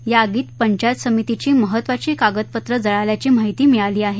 या आगीत पंचायत समितीची महत्वाची कागदपत्रं जळल्याची माहिती मिळाली आहे